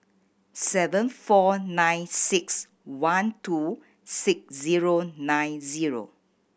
seven four nine six one two six zero nine zero